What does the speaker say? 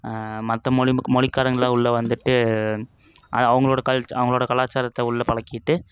மற்ற மொழிம்புக் மொழிக்காரங்கள் வந்துட்டு அது அவங்களோட கல்ச் அவங்களோட கலாச்சாரத்தை உள்ளே பழக்கிட்டு